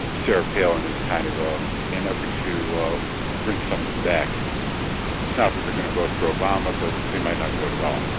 sarah palin is kind of ah an effort to bring some of them back. it's but they're going to vote for obama but they might not vote at all.